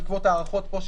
בעקבות ההארכות פה,